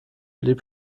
blieb